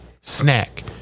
Snack